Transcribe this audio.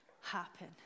happen